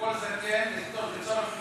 לכל קשיש לצורך חימום.